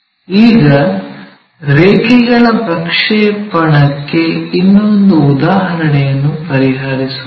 ಈಗ ರೇಖೆಗಳ ಪ್ರಕ್ಷೇಪಣಕ್ಕೆ ಇನ್ನೊಂದು ಉದಾಹರಣೆಯನ್ನು ಪರಿಹರಿಸೋಣ